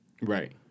right